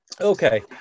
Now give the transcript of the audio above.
Okay